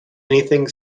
anything